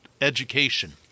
education